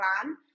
plan